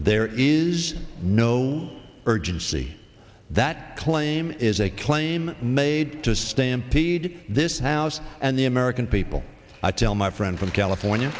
there is no urgency that claim is a claim made to stampede this house and the american people i tell my friend from california